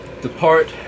depart